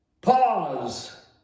Pause